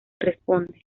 responde